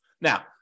Now